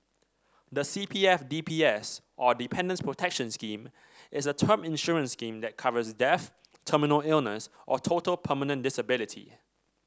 the C P F D P S or Dependants Protection Scheme is a term insurance scheme that covers death terminal illness or total permanent disability